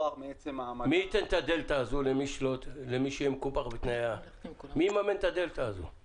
מי ייתן את הדלתא הזו למי שיהיה מקופח בתנאי --- איזה דלתא?